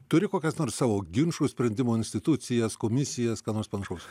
turi kokias nors savo ginčų sprendimo institucijas komisijas ką nors panašaus